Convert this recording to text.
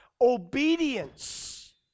obedience